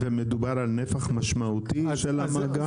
ומדובר על נפח משמעותי של המאגר?